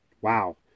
Wow